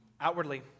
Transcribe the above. outwardly